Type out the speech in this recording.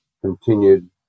continued